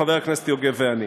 חבר הכנסת יוגב ואני?